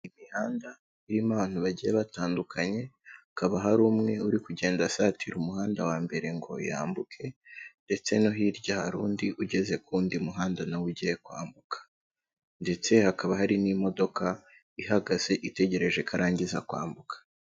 Imihanda irimo abantu bagiye batandukanye, hakaba hari umwe uri kugenda asatira umuhanda wa mbere ngo yambuke, ndetse no hirya hari undi ugeze ku wundi muhanda na we ugiye kwambuka. Ndetse hakaba hari n'imodoka ihagaze itegereje ko arangiza kwambuka.